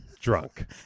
drunk